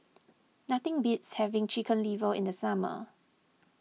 nothing beats having Chicken Liver in the summer